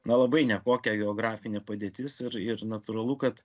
na labai nekokia geografinė padėtis ir ir natūralu kad